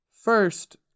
First